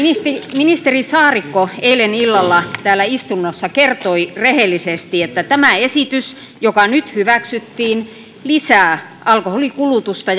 ministeri saarikko eilen illalla täällä istunnossa kertoi rehellisesti että tämä esitys joka nyt hyväksyttiin lisää alkoholin kulutusta